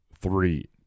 Three